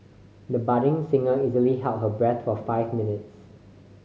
the budding singer easily held her breath for five minutes